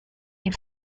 ihr